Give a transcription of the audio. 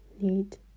need